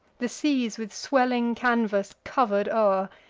the seas with swelling canvas cover'd o'er,